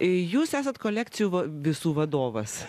jūs esat kolekcijų visų vadovas